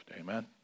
Amen